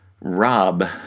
Rob